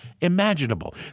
imaginable